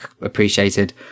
appreciated